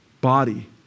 body